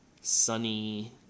sunny